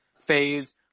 phase